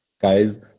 Guys